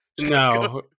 no